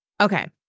Okay